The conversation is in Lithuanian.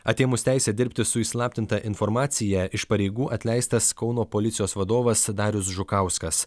atėmus teisę dirbti su įslaptinta informacija iš pareigų atleistas kauno policijos vadovas darius žukauskas